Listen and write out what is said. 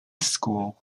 school